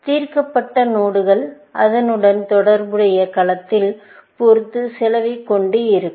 தீர்க்கப்பட்ட நோடுகள் அதனுடன் தொடர்புடைய களத்தைப் பொறுத்து செலவைக் கொண்டிருக்கும்